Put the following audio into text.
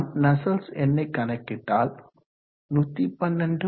நாம் நஸ்சல்ட்ஸ் எண்ணை கணக்கிட்டால் 112